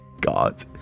god